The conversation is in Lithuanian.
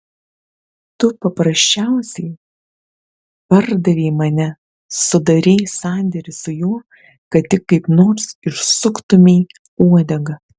tu paprasčiausiai pardavei mane sudarei sandėrį su juo kad tik kaip nors išsuktumei uodegą